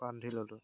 বান্ধি ল'লোঁ